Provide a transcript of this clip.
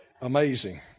amazing